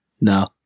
No